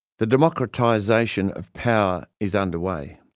the democratisation of power is underway,